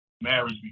marriage